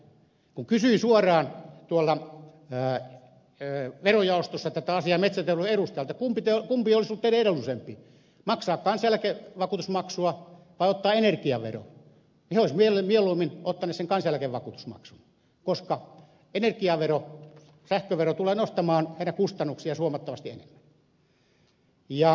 kun kysyin suoraan tuolla verojaostossa tätä asiaa metsäteollisuuden edustajalta kumpi on edullisempi maksaa kansaneläkevakuutusmaksua vai ottaa energiavero he olisivat mieluummin ottaneet sen kansaeläkevakuutusmaksun koska energiavero sähkövero tulee nostamaan näitä kustannuksia huomattavasti enemmän